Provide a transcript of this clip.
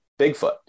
Bigfoot